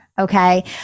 Okay